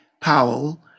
Powell